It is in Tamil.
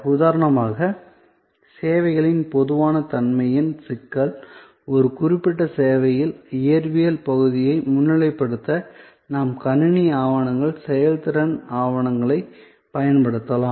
உதாரணமாக சேவைகளின் பொதுவான தன்மையின் சிக்கல் ஒரு குறிப்பிட்ட சேவையின் இயற்பியல் பகுதியை முன்னிலைப்படுத்த நாம் கணினி ஆவணங்கள் செயல்திறன் ஆவணங்களைப் பயன்படுத்தலாம்